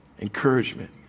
encouragement